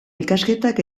ikasketak